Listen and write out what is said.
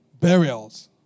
burials